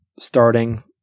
starting